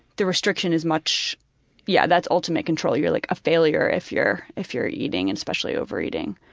the restriction is much yeah, that's ultimate control. you're like a failure if you're if you're eating, especially overeating.